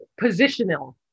positional